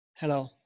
Hello